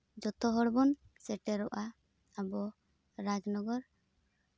ᱡᱚᱛᱚ ᱦᱚᱲ ᱵᱚᱱ ᱥᱮᱴᱮᱨᱚᱜᱼᱟ ᱟᱵᱚ ᱨᱟᱡᱽᱱᱚᱜᱚᱨ